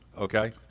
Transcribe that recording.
okay